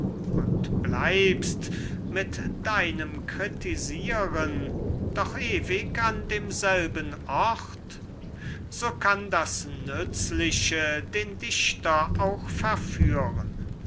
und bleibst mit deinem kritisieren doch ewig an demselben ort so kann das nützliche den dichter auch verführen